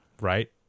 right